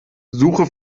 suche